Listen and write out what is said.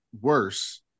worse